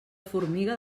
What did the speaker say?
formiga